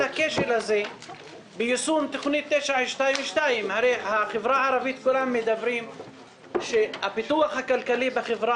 הכשל הזה ביישום תוכנית 922. הרי כולם מדברים שפיתוח כלכלי בחברה